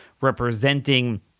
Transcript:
representing